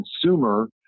consumer